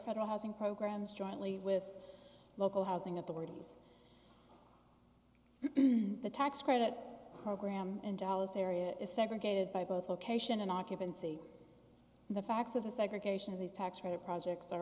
federal housing programs jointly with local housing authorities the tax credit program in dallas area is segregated by both location and occupancy the facts of the segregation of these tax credit projects